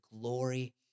glory